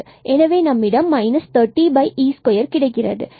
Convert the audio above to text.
எனவே நம்மிடம் 30e2 இது கிடைக்கிறது